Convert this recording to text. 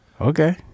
Okay